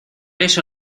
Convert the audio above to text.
eso